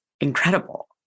incredible